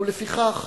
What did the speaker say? לפיכך,